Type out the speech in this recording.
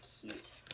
cute